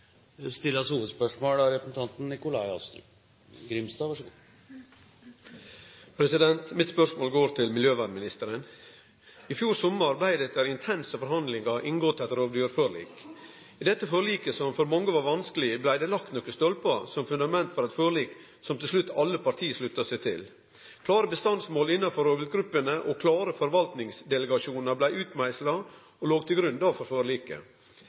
Mitt spørsmål går til miljøvernministeren. I fjor sommar blei det etter intense forhandlingar inngått eit rovdyrforlik. I dette forliket, som for mange var vanskeleg, blei det lagt nokre stolpar som fundament for eit forlik som til slutt alle parti slutta seg til. Klare bestandsmål innafor rovviltgruppene og klare forvaltingsdelegasjonar blei utmeisla og låg til grunn for forliket.